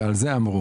ועל זה דיברו.